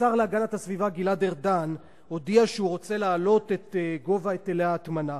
השר להגנת הסביבה גלעד ארדן הודיע שהוא רוצה להעלות את היטלי ההטמנה.